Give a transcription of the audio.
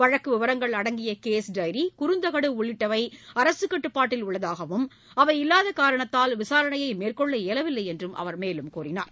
வழக்கு விவரங்கள் அடங்கிய கேஸ் டைரி குறுந்தகடு உள்ளிட்டவைகள் அரசு கட்டுப்பாட்டில் உள்ளதாகவும் அவை இல்லாத காரணத்தால் விசாரணையை மேற்கொள்ள இயலவில்லை என்றும் அவர் தெரிவித்தார்